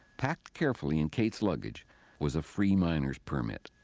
packed carefully in kate's luggage was a free-miner's permit.